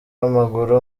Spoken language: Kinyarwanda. w’amaguru